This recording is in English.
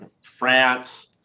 france